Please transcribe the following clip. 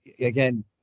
again